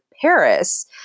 Paris